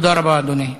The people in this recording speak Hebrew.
תודה רבה, אדוני.